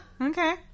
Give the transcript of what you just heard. Okay